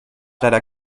leider